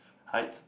heights